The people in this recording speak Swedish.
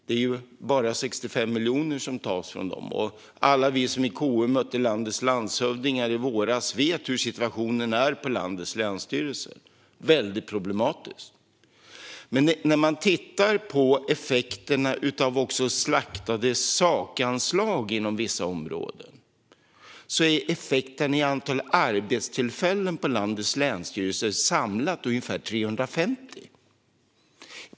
Det är ju bara 65 miljoner som tas från dem, och alla vi som i KU mötte landets landshövdingar i våras vet hur situationen är på landets länsstyrelser. Den är väldigt problematisk. Men när man tittar på effekterna av slaktade sakanslag på olika områden kan man se att effekten i form av antalet arbetstillfällen på landets länsstyrelser samlat är ungefär 350.